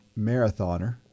marathoner